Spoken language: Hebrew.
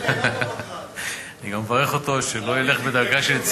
אחד, ובסוף אף אחד לא נמצא פה, כולם הולכים.